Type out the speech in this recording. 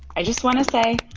i just want to say,